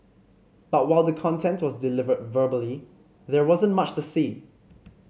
but while the content was delivered verbally there wasn't much to see